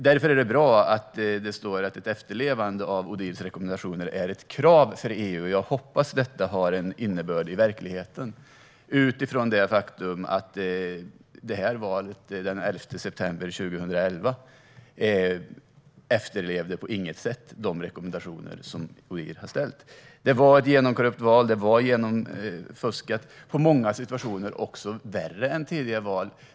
Därför är det bra att det står att ett efterlevande av Odhirs rekommendationer är ett krav för EU, och jag hoppas att detta har en innebörd i verkligheten utifrån det faktum att valet den 11 september 2016 inte på något sätt efterlevde Odhirs rekommendationer. Det var ett genomkorrupt val. Det var genomfuskat och i många situationer också värre än tidigare val.